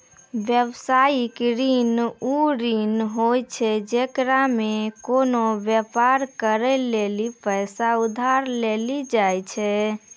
व्यवसायिक ऋण उ ऋण होय छै जेकरा मे कोनो व्यापार करै लेली पैसा उधार लेलो जाय छै